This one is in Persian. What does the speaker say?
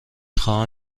خواهم